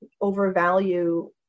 overvalue